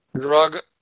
drug